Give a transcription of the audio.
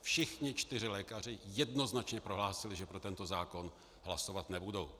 Všichni čtyři lékaři jednoznačně prohlásili, že pro tento zákon hlasovat nebudou.